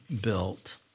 built